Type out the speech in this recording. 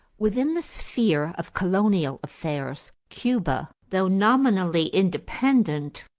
within the sphere of colonial affairs, cuba, though nominally independent,